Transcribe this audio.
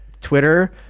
Twitter